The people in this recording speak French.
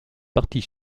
partie